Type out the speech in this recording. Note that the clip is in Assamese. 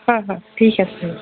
হয় হয় ঠিক আছে